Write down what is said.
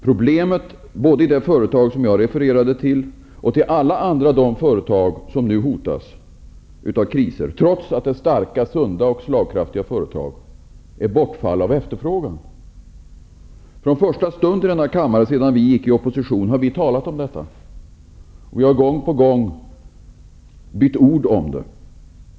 Problemet både för det företag som jag refererade till och för alla andra företag som nu hotas av kriser -- trots att det är starka, sunda och slagkraftiga företag -- är bortfall av efterfrågan. Från första stund vi gick i opposition har vi i denna kammare talat om detta. Vi har gång på gång bytt ord om det.